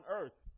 earth